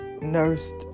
nursed